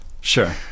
Sure